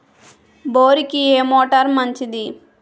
బోరుకి ఏ మోటారు మంచిది?